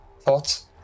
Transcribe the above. Thoughts